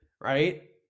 right